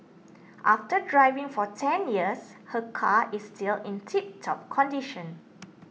after driving for ten years her car is still in tiptop condition